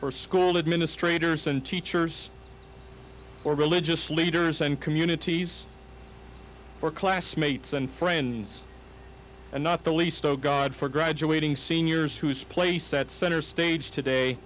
or school administrators and teachers or religious leaders and communities or classmates and friends and not the least of god for graduating seniors whose place at center stage today